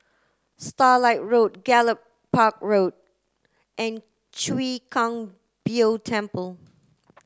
Starlight Road Gallop Park Road and Chwee Kang Beo Temple